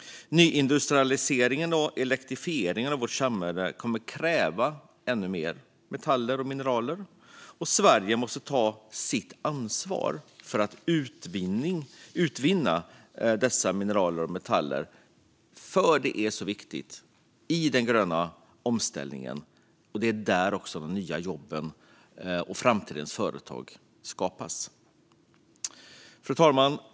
Nyindustrialiseringen och elektrifieringen av vårt samhälle kommer att kräva ännu mer metaller och mineral, och Sverige måste ta sitt ansvar för att utvinna dessa mineral och metaller som är så viktiga i den gröna omställningen. Det är ju även där de nya jobben och framtidens företag skapas. Fru talman!